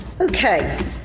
Okay